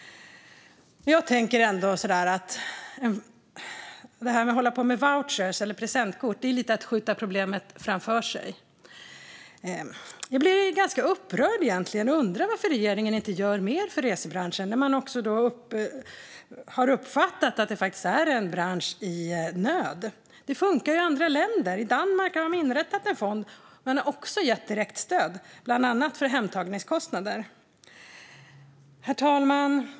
Jag tänker att hålla på med någon form av vouchrar eller presentkort är att skjuta problemet framför sig. Jag blir ganska upprörd och undrar varför regeringen inte gör mer för resebranschen när man har uppfattat att det är en bransch i nöd. Det funkar ju i andra länder. I Danmark har man inrättat en fond och också gett direktstöd, bland annat för hemtagningskostnader. Herr talman!